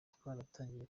twatangiye